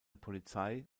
polizei